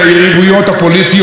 ביחד עם ראש הממשלה,